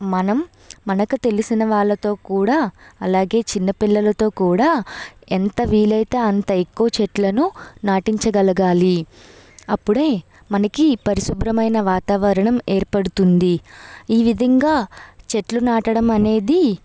మనం మనకు తెలిసిన వాళ్ళతో కూడా అలాగే చిన్నపిల్లలతో కూడా ఎంత వీలైతే అంత ఎక్కువ చెట్లను నాటించగలగాలి అప్పుడే మనకి పరిశుభ్రమైన వాతావరణం ఏర్పడుతుంది ఈ విధంగా చెట్లు నాటడం అనేది